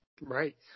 Right